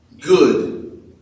Good